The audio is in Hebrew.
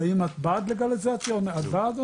האם את בעד לגליזציה או נגד?